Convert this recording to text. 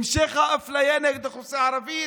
המשך האפליה נגד האוכלוסייה הערבית,